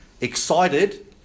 excited